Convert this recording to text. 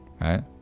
right